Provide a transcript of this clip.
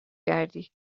کردی